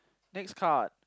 next card